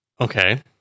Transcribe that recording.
Okay